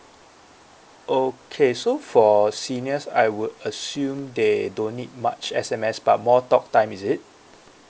okay so for seniors I would assume they don't need much S_M_S but more talk time is it